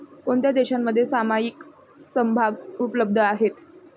कोणत्या देशांमध्ये सामायिक समभाग उपलब्ध आहेत?